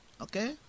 Okay